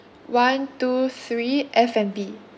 one two three F&B